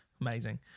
Amazing